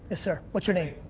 sir. what's your name?